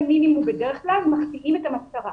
מינימום בדרך כלל מחטיאים את המטרה.